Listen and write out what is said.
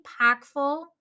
impactful